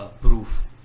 Proof